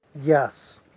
Yes